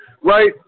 right